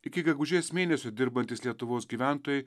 iki gegužės mėnesio dirbantys lietuvos gyventojai